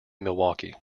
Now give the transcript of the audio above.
milwaukee